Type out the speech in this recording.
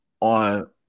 on